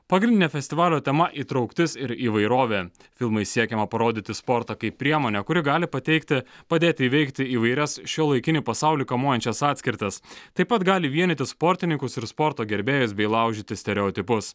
pagrindinė festivalio tema įtrauktis ir įvairovė filmais siekiama parodyti sportą kaip priemonę kuri gali pateikti padėti įveikti įvairias šiuolaikinį pasaulį kamuojančias atskirtis taip pat gali vienyti sportininkus ir sporto gerbėjus bei laužyti stereotipus